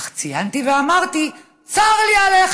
אך ציינתי ואמרתי: צר לי עליך,